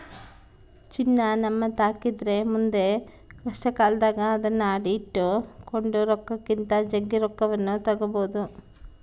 ಚಿನ್ನ ನಮ್ಮತಾಕಿದ್ರ ಮುಂದೆ ಕಷ್ಟಕಾಲದಾಗ ಅದ್ನ ಅಡಿಟ್ಟು ಕೊಂಡ ರೊಕ್ಕಕ್ಕಿಂತ ಜಗ್ಗಿ ರೊಕ್ಕವನ್ನು ತಗಬೊದು